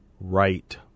right